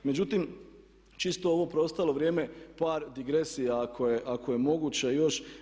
Međutim, čisto ovo preostalo vrijeme par digresija ako je moguće još.